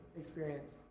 experience